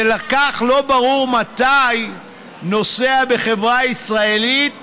וכך לא ברור מתי נוסע בחברה ישראלית